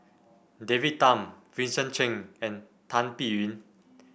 David Tham Vincent Cheng and Tan Biyun